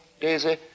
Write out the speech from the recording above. Daisy